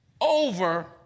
over